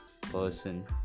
person